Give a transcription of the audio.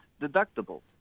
deductible